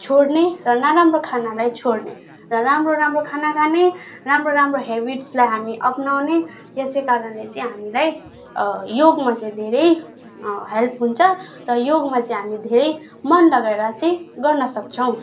छोड्ने र नराम्रो खानालाई छोड्ने र राम्रो राम्रो खाना खाने राम्रो राम्रो ह्याबिट्सलाई हामी अपनाउने त्यसै कारणले चाहिँ हामीलाई योगमा चाहिँ धेरै हेल्प हुन्छ र योगमा चाहिँ हामी धेरै मन लगाएर चाहिँ गर्न सक्छौँ